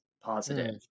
positive